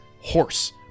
horse